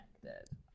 connected